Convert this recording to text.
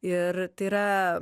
ir tai yra